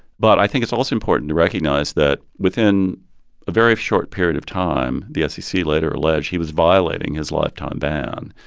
but i think it's also important to recognize that within a very short period of time, the fcc later alleged, he was violating his lifetime ban.